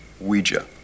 Ouija